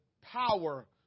power